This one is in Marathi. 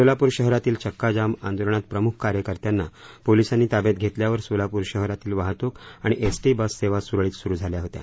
सोलापूर शहरातील चक्का जाम आंदोलनात प्रमुख कार्यकर्त्यांना पोलिसांनी ताब्यात घेतल्यावर सोलापूर शहरातील वाहतूक व एसटी बस सुरळीत सुरु झाल्या होत्या